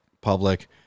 public